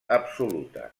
absoluta